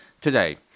today